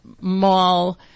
mall